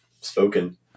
spoken